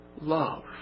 love